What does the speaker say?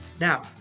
Now